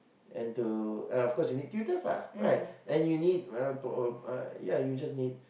and to and of course you need tutors ah right and you need uh pro~ uh ya you just need